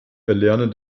erlernen